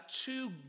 two